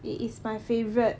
it is my favourite